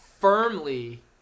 firmly